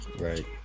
Right